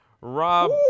Rob